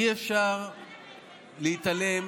אי-אפשר להתעלם